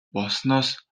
болсноос